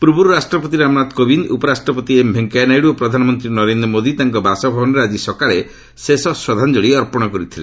ପୂର୍ବରୁ ରାଷ୍ଟ୍ରପତି ରାମନାଥ କୋବିନ୍ଦ ଉପରାଷ୍ଟ୍ରପତି ଏମ୍ ଭେଙ୍କୟା ନାଇଡ଼ ଓ ପ୍ରଧାନମନ୍ତ୍ରୀ ନରେନ୍ଦ୍ର ମୋଦୀ ତାଙ୍କ ବାସଭବନରେ ଆଜି ସକାଳେ ଶେଷ ଶ୍ରଦ୍ଧାଞ୍ଜଳୀ ଅର୍ପଣ କରିଥିଲେ